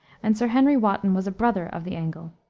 and sir henry wotton was a brother of the angle.